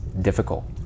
difficult